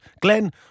Glenn